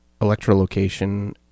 electrolocation